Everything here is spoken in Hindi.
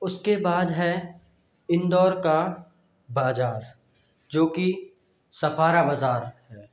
उसके बाद है इंदौर का बाजार जो कि सफारा बाजार है